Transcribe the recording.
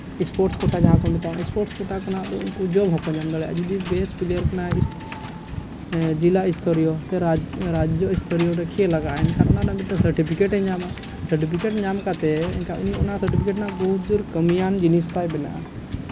sports quota ᱡᱟᱦᱟᱸ ᱠᱚ ᱢᱮᱛᱟᱜᱼᱟ ᱥᱯᱳᱨᱴᱥ ᱠᱳᱴᱟ ᱠᱷᱚᱚᱱᱟᱜ ᱫᱚ ᱩᱱᱠᱩ ᱡᱚᱵ ᱦᱚᱸ ᱠᱚ ᱧᱟᱢ ᱫᱟᱲᱮᱭᱟᱜᱼᱟ ᱡᱩᱫᱤ ᱵᱮᱥᱴ ᱯᱞᱮᱭᱟᱨ ᱠᱟᱱᱟᱭ ᱡᱮᱞᱟ ᱮᱥᱛᱚᱨᱤᱭᱚ ᱥᱮ ᱨᱟᱡᱽᱡᱚ ᱮᱥᱛᱚᱨᱤᱭᱚ ᱠᱷᱮᱞ ᱟᱠᱟᱜ ᱟᱭ ᱮᱱᱠᱷᱟᱱ ᱚᱱᱟ ᱨᱮᱱᱟᱜ ᱢᱤᱫᱴᱟᱝ ᱥᱟᱨᱴᱤᱯᱷᱤᱠᱮᱴᱮ ᱧᱟᱢᱟ ᱥᱟᱨᱴᱤᱯᱷᱤᱠᱮᱴ ᱧᱟᱢ ᱠᱟᱛᱮ ᱮᱱᱠᱷᱟᱱ ᱩᱱᱤ ᱚᱱᱟ ᱥᱟᱨᱴᱤᱯᱷᱤᱠᱮᱴ ᱨᱮᱱᱟᱜ ᱵᱚᱦᱩᱛ ᱡᱳᱨ ᱠᱟᱹᱢᱤᱭᱟᱱ ᱡᱤᱱᱤᱥ ᱛᱟᱭ ᱵᱮᱱᱟᱜᱼᱟ